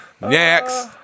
Next